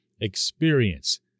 experience